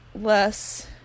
less